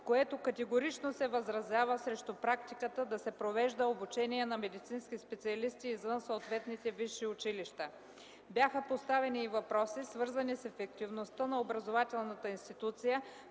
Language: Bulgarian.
което категорично се възразява срещу практиката да се провежда обучение на медицински специалисти извън съответните висши училища. Бяха поставени и въпроси, свързани с ефективността на образователната институция,